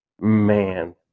Man